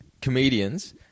comedians